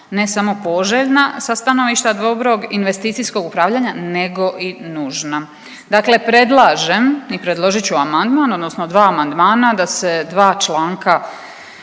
ne samo poželjna sa stanovišta dobrog investicijskog upravljanja, nego i nužna. Dakle predlažem i predložit ću amandman odnosno dva amandmana da se dva članka